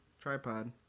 tripod